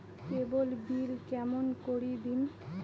কেবল bill কেমন করি দিম?